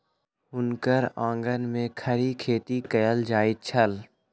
हुनकर आंगन में खड़ी खेती कएल जाइत छल